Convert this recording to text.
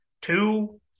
two